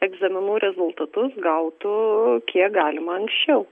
egzaminų rezultatus gautųų kiek galima anksčiau